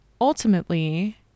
Ultimately